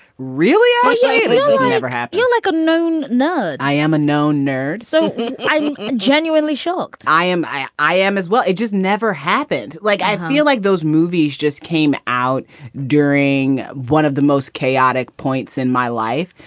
really? ah ah yeah perhaps you'll like a known nun. i am a known nerd, so i'm genuinely shocked. i am. i i am as well. it just never happened like, i feel like those movies just came out during one of the most chaotic points in my life.